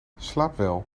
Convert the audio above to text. slaapwel